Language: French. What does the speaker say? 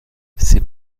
ses